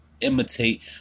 imitate